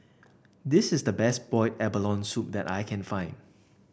this is the best Boiled Abalone Soup that I can find